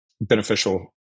beneficial